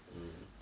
mm